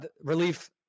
relief